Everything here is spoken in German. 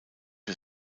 für